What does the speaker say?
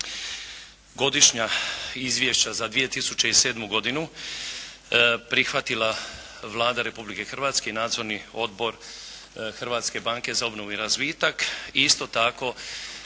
godišnja izvješća za 2007. godinu prihvatila Vlada Republike Hrvatske i Nadzorni odbor Hrvatske banke za obnovu i razvitak i isto tako